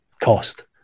cost